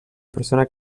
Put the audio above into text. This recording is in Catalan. persona